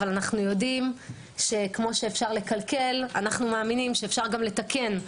אבל אנו יודעים שכמו שאפשר לקלקל או מאמינים שאפשר לתקן.